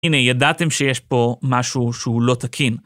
הנה, ידעתם שיש פה משהו שהוא לא תקין.